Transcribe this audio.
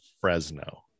fresno